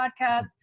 podcast